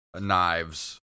knives